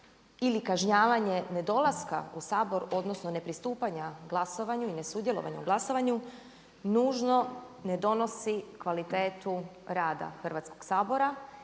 ili kažnjavanje nedolaska u Sabor odnosno ne pristupanja glasovanju i ne sudjelovanju u glasovanju nužno ne donosi kvalitetu rada Hrvatskog sabora